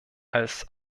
als